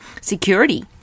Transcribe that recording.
security